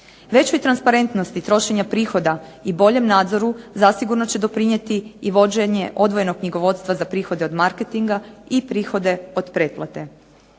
Većoj transparentnosti trošenja prihoda i boljem nadzoru zasigurno će doprinijeti i vođenje odvojenog knjigovodstva za prihode od marketinga i prihode od pretplate.